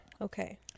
Okay